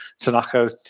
Tanaka